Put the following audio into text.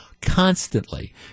constantly